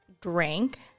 drank